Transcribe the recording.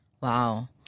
Wow